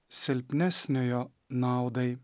silpnesniojo naudai